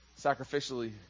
sacrificially